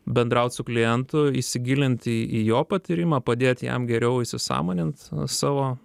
bendraut su klientu įsigilint į jo patyrimą padėt jam geriau įsisąmonint savo